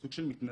סוג של מתנדף.